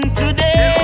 today